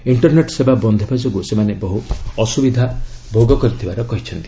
internet ସେବା ବନ୍ଦ ହେବା ଯୋଗୁଁ ସେମାନେ ବହୁ ଅସୁବିଧା ଭୋଗ କରିଥିବାର କହିଛନ୍ତି